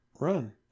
run